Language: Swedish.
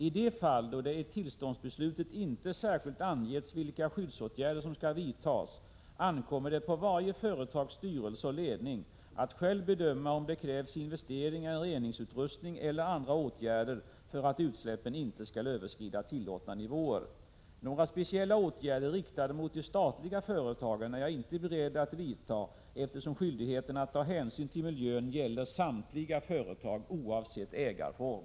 I de fall då det i tillståndsbeslutet inte särskilt angetts vilka skyddsåtgärder som skall vidtas, ankommer det på varje företags styrelse och ledning att själv bedöma om det krävs investeringar i reningsutrustning eller andra åtgärder för att utsläppen inte skall överskrida tillåtna nivåer. Några speciella åtgärder riktade mot de statliga företagen är jag inte beredd att vidta, eftersom skyldigheten att ta hänsyn till miljön gäller samtliga företag oavsett ägarform.